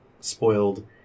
spoiled